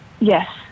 Yes